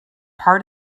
part